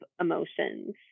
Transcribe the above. emotions